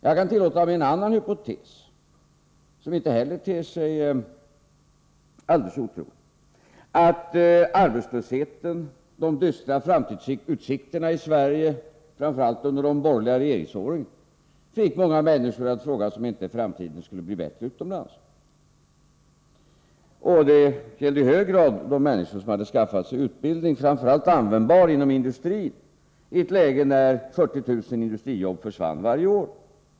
Jag kan tillåta mig en annan hypotes, som inte heller ter sig alldeles otrolig — att arbetslösheten och de dystra framtidsutsikterna i Sverige, framför allt under de borgerliga regeringsåren, fick många människor att fråga sig om inte framtiden skulle bli bättre utomlands. Det gällde i hög grad de människor som hade skaffat sig utbildning, framför allt användbar inom industrin, i ett läge när 40 000 industrijobb försvann varje år.